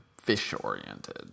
fish-oriented